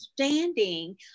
understanding